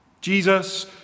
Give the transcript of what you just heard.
Jesus